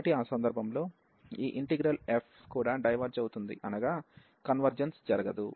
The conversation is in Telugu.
కాబట్టి ఆ సందర్భంలో ఈ ఇంటిగ్రల్ f కూడా డైవెర్జ్ అవుతుంది అనగా కన్వర్జెన్స్ జరగదు